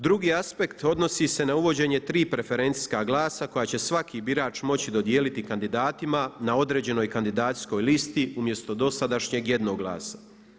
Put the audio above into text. Drugi aspekt odnosi se na uvođenje tri preferencijska glasa koja će svaki birač moći dodijeliti kandidatima na određenoj kandidacijskoj listi umjesto dosadašnjeg jednog glasa.